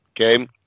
okay